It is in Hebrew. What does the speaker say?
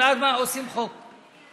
ואז עושים חוק.